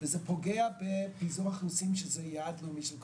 וזה פוגע בפיזור אוכלוסין שזה יעד לאומי של כולנו,